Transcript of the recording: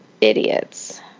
idiots